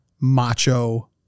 macho